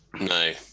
No